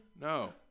No